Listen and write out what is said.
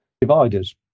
dividers